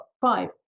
five